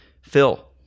Phil